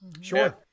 Sure